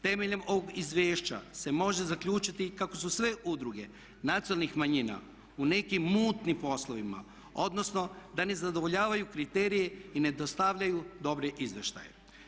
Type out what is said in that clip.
Temeljem ovog izvješća se može zaključiti kako su sve udruge nacionalnih manjina u nekim mutnim poslovima, odnosno da ne zadovoljavaju kriterije i ne dostavljaju dobre izvještaje.